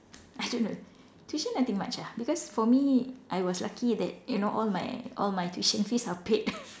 I don't know tuition nothing much ah because for me I was lucky that you know all my all my tuition fees was paid